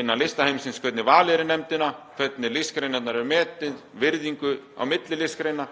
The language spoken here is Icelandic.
innan listaheimsins varðandi hvernig valið er í nefndina, hvernig listgreinarnar er metnar, virðing á milli listgreina.